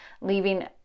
leaving